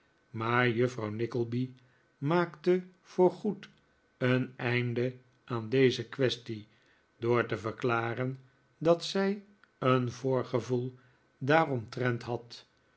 maar juffrouw nickleby maakte voor goed een einde aan deze quaestie door te verklaren dat zij een voorgevoel daaromtrent had